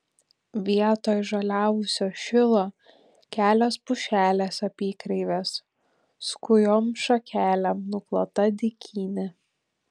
vietoj žaliavusio šilo kelios pušelės apykreivės skujom šakelėm nuklota dykynė